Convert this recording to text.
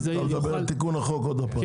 זעיר יוכל --- אתה מדבר על תיקון החוק עוד הפעם.